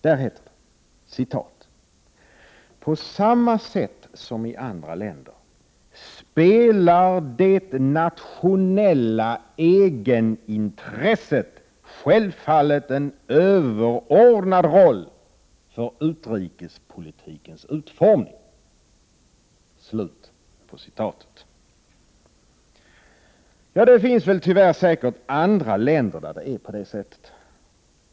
Där står det att ”på samma sätt som i andra länder spelar det nationella egenintresset självfallet en överordnad roll för utrikespolitikens utformning”. Ja, det finns tyvärr säkert ”andra länder” där det är på det sättet.